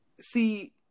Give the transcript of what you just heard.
See